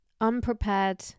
unprepared